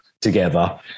together